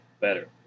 better